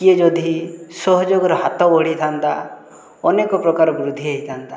କିଏ ଯଦି ସହଯୋଗର ହାତ ବଢ଼ାଇଥାନ୍ତା ଅନେକପ୍ରକାର ବୃଦ୍ଧି ହୋଇଥାନ୍ତା